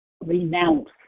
renounce